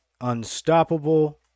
unstoppable